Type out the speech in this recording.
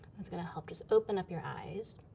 it's gonna help just open up your eyes.